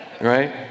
right